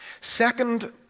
Second